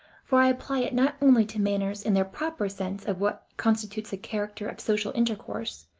for i apply it not only to manners in their proper sense of what constitutes the character of social intercourse,